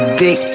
dick